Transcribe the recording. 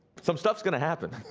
some stuff's gonna happen!